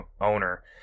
owner